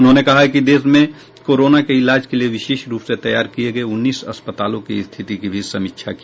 उन्होंने देश में कोरोना के इलाज के लिए विशेष रूप से तैयार किए गए उन्नीस अस्पतालों की स्थिति की भी समीक्षा की